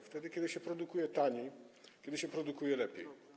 Wtedy, kiedy się produkuje taniej, kiedy się produkuje lepiej.